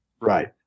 Right